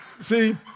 See